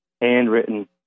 handwritten